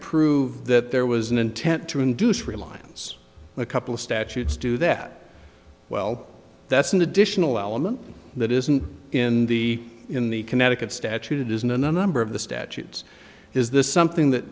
prove that there was an intent to induce realigns a couple of statutes do that well that's an additional element that isn't in the in the connecticut statute it isn't in a number of the statutes is this something that